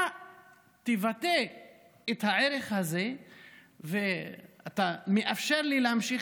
אתה תבטא את הערך הזה ואתה מאפשר לי להמשיך